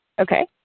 Okay